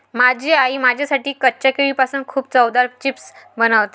माझी आई माझ्यासाठी कच्च्या केळीपासून खूप चवदार चिप्स बनवते